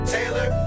Taylor